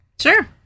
Sure